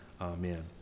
Amen